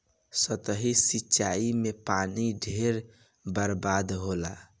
सतही सिंचाई में पानी ढेर बर्बाद होला